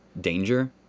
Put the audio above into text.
danger